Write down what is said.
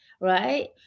right